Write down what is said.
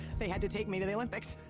they had to take me to the olympics.